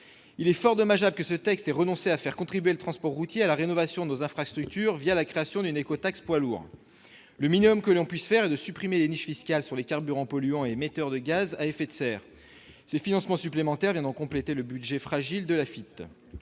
Il est fort dommageable que ce texte ait renoncé à faire contribuer le transport routier à la rénovation de nos infrastructures la création d'une écotaxe poids lourds. Le minimum serait de supprimer les niches fiscales sur les carburants polluants et émetteurs de gaz à effet de serre. Ces financements supplémentaires viendront compléter le budget fragile de l'Afitf.